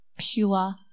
pure